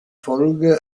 folge